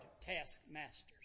taskmasters